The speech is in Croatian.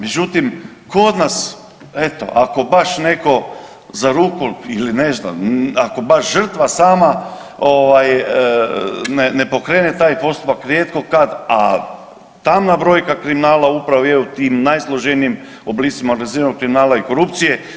Međutim kod nas eto ako baš netko za ruku ili ne znam ako baš žrtva sama ovaj ne pokrene taj postupak rijetko kad, a tamna brojka kriminala upravo je u tim najsloženijim oblicima organiziranog kriminala i korupcije.